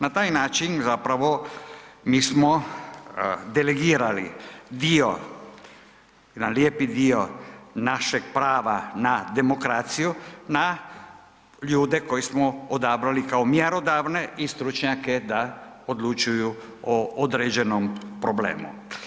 Na taj način zapravo mi smo delegirali dio, jedan lijepi dio našeg prava na demokraciju, na ljude koje smo odabrali kao mjerodavne i stručnjake da odlučuju o određenom problemu.